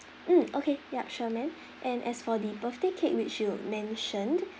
mm okay yup sure ma'am and as for the birthday cake which you mentioned